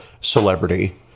celebrity